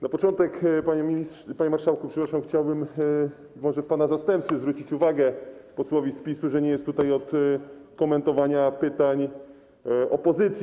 Na początek, panie marszałku, przepraszam, chciałbym może w pana zastępstwie zwrócić uwagę posłowi z PiS-u, że nie jest tutaj od komentowania pytań opozycji.